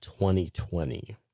2020